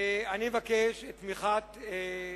אני מבקש את תמיכת הכנסת,